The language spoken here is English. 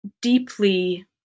deeply